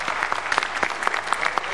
(מחיאות כפיים)